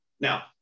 Now